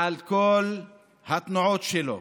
על כל התנועות שלו,